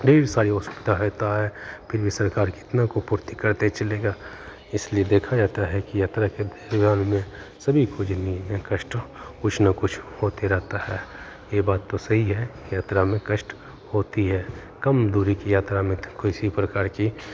ढेर सारी असुविधा रहता है फिर भी सरकार कितना को पूर्ति करते चलेगा इसलिए देखा जाता है कि यात्रा के दौरान में सभी को जिंदगी में कष्ट कुछ ना कुछ होते रहता है ये बात तो सही है यात्रा में कष्ट होती है कम दूरी की यात्रा में तो किसी प्रकार की